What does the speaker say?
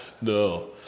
No